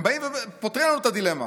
הם באים ופותרים לנו את הדילמה: